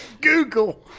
Google